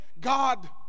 God